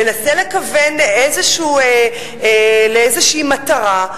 מנסה לכוון לאיזושהי מטרה,